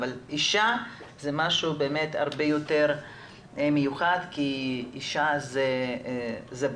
אבל אישה זה משהו באמת הרבה יותר מיוחד כי אישה זה בית,